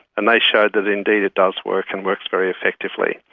and they showed that indeed it does work and works very effectively.